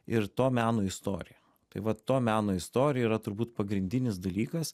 ir to meno istorija tai va to meno istorija yra turbūt pagrindinis dalykas